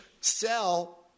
sell